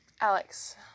Alex